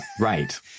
Right